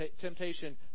temptation